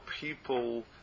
people